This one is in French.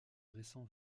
récent